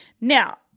Now